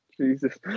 Jesus